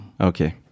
okay